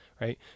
Right